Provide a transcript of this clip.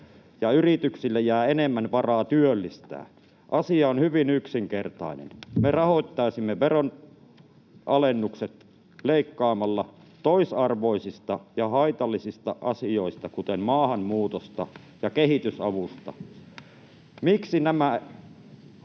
yrityksille jää enemmän varaa työllistää. Asia on hyvin yksinkertainen. Me rahoittaisimme veronalennukset leikkaamalla toisarvoisista ja haitallisista asioista, kuten maahanmuutosta ja kehitysavusta. Miksi nämä